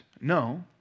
no